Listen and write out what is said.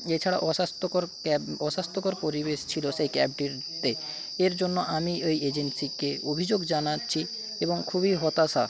এছাড়া অস্বাস্থ্যকর ক্যাব অস্বাস্থ্যকর পরিবেশ ছিলো সেই ক্যাবটিতে এর জন্য আমি ওই এজেন্সিকে অভিযোগ জানাচ্ছি এবং খুবই হতাশা